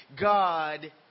God